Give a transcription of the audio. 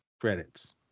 Credits